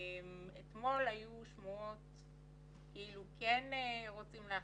אתמול היו שמועות כאילו כן רוצים להחזיר,